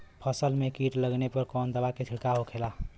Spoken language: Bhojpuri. फसल में कीट लगने पर कौन दवा के छिड़काव होखेला?